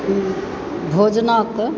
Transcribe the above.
भोजनक